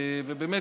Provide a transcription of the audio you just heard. באמת,